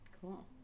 Cool